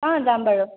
অঁ যাম বাৰু